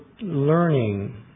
learning